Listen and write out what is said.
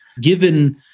given